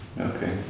Okay